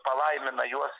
palaimina juos